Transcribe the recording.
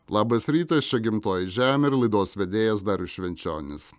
labas rytas čia gimtoji žemė ir laidos vedėjas darius švenčionis